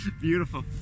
Beautiful